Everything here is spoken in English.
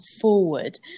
forward